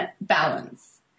balance